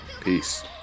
peace